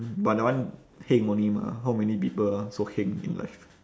but that one heng only mah how many people so heng in life